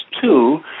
two